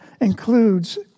includes